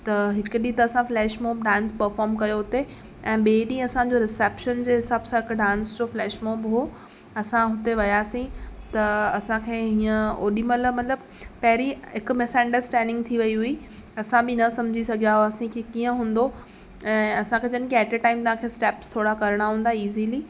त हिक ॾींह त असां फ़्लैश मॉब डांस पर्फ़ोर्म कयो उते ऐं ॿिए ॾींह असांजो रिसेप्शन जे हिसाब सां हिक डांस जो फ़्लैश मॉब हो असां हुते वियासीं त असांखे हीअं ओॾी महिल मतिलब पहिरीं हिक मिस अंडरस्टेडिंग थी वयी हुई असां बि न सम्झी सघिया हुआसीं की कीअं हूंदो ऐं असांखे ऐट अ टाइम तव्हांखे स्टेप्स थोरा करिणा हूंदा ईज़ीली